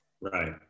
Right